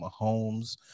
Mahomes